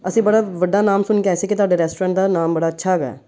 ਅਸੀਂ ਬੜਾ ਵੱਡਾ ਨਾਮ ਸੁਣ ਕੇ ਆਏ ਸੀ ਕਿ ਤੁਹਾਡਾ ਰੈਸਟੋਰੈਂਟ ਦਾ ਨਾਮ ਬੜਾ ਅੱਛਾ ਹੈਗਾ